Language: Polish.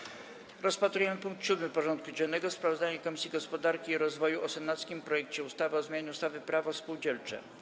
Powracamy do rozpatrzenia punktu 7. porządku dziennego: Sprawozdanie Komisji Gospodarki i Rozwoju o senackim projekcie ustawy o zmianie ustawy Prawo spółdzielcze.